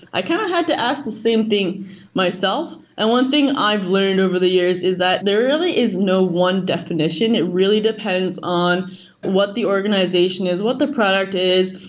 i kind of had to ask the same thing myself. and one thing i've learned over the years is that there really is no one definition. it really depends on what the organization is, what their product is,